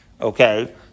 okay